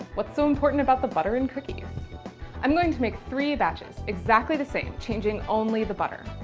what's so important about the butter in cookies? i'm going to make three batches, exactly the same, changing only the butter.